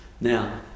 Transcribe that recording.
Now